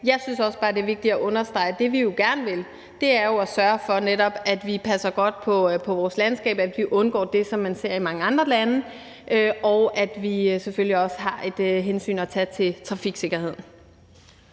Jeg synes bare, det er vigtigt at understrege, at det, vi gerne vil, er at sørge for, at vi passer godt på vores landskab og undgår det, som man ser i mange andre lande, og vi har selvfølgelig også et hensyn at tage til trafiksikkerheden.